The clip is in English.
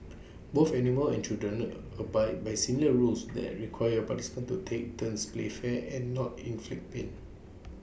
both animals and children abide by similar rules that require participants to take turns play fair and not inflict pain